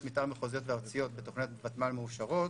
מתאר מחוזיות וארציות בתוכניות ותמ"ל מאושרות